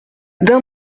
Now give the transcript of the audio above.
d’un